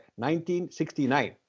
1969